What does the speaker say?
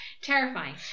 terrifying